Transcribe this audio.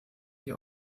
die